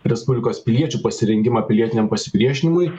respublikos piliečių pasirengimą pilietiniam pasipriešinimui